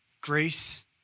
grace